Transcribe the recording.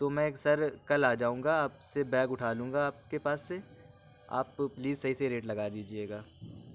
تو میں سر کل آجاؤں گا آپ سے بیگ اُٹھا لوں گا آپ کے پاس سے آپ پلیز صحیح سے ریٹ لگا دیجیے گا